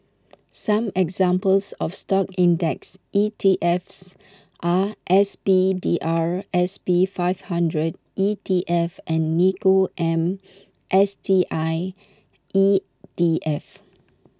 some examples of stock index E T Fs are S P D R S P five hundred E T F and Nikko Am S T I ET F